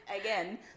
again